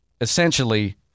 essentially